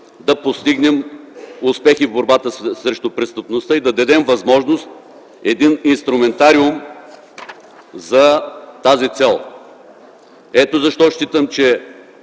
да постигнем успехи в борбата срещу престъпността и да дадем възможност един инструментариум за тази цел. Ето защо считам, че